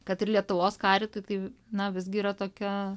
kad ir lietuvos karitui tai na visgi yra tokia